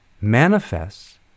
manifests